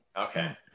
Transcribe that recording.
Okay